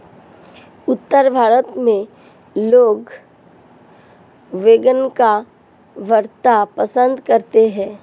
उत्तर भारत में लोग बैंगन का भरता पंसद करते हैं